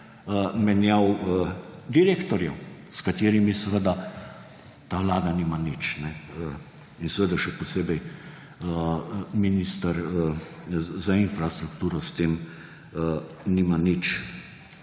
menjav direktorjev, s katerimi seveda ta vlada nima nič. In seveda še posebej minister za infrastrukturo s tem nima nič.